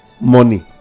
money